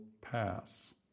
pass